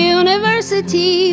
university